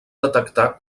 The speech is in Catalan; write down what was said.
detectar